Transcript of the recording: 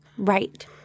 Right